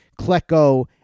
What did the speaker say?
Klecko